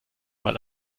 mal